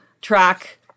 track